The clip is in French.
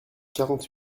quarante